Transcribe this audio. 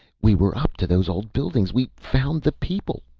we were up to those old buildings! we found the people!